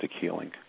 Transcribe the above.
healing